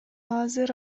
азыр